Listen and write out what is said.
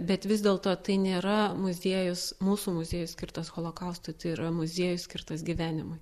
bet vis dėlto tai nėra muziejus mūsų muziejus skirtas holokaustui tai yra muziejus skirtas gyvenimui